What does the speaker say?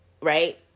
right